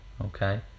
okay